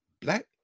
Black